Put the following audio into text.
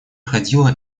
ходила